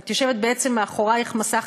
את יושבת בעצם ומאחורייך מסך,